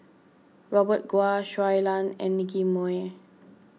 Robert Goh Shui Lan and Nicky Moey